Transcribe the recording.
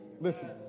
listen